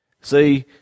See